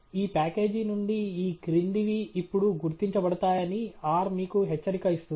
ఈ ప్యాకేజీ నుండి ఈ క్రిందివి ఇప్పుడు గుర్తించబడతాయని R మీకు హెచ్చరిక ఇస్తుంది